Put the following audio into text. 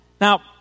Now